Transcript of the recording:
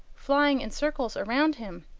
flying in circles around him,